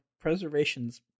preservation's